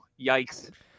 Yikes